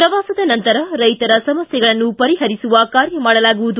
ಪ್ರವಾಸದ ನಂತರ ರೈತರ ಸಮಸೈಗಳನ್ನು ಪರಿಹರಿಸುವ ಕಾರ್ಯ ಮಾಡಲಾಗುವುದು